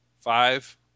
Five